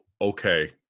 okay